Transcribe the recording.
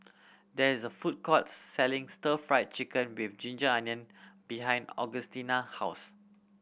there is a food court selling Stir Fry Chicken with ginger onion behind Augustina house